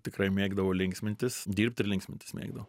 tikrai mėgdavau linksmintis dirbt ir linksmintis mėgdavau